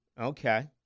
okay